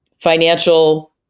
financial